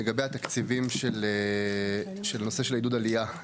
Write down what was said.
לגבי התקציבים של נושא של העידוד עלייה,